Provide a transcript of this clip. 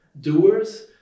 doers